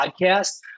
podcast